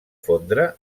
fondre